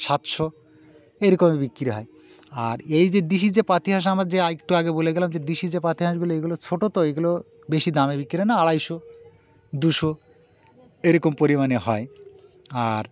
সাতশো এরকমই বিক্রি হয় আর এই যে দিশি যে পাতিহাঁস আমার যে একটু আগে বলে গেলাম যে দিশি যে পাতিহাঁসগুলো এগুলো ছোটো তো এগুলো বেশি দামে বিক্রি হয় না আড়াইশো দুশো এরকম পরিমাণে হয় আর